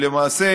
כי למעשה,